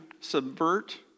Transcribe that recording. subvert